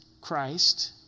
Christ